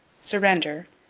surrender,